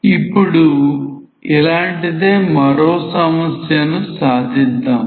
ఇప్పుడు ఇలాంటిదే మరో సమస్యను సాధిద్దాం